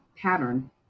pattern